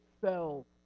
fell